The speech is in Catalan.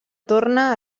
torna